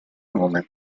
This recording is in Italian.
nome